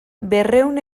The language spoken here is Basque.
berrehun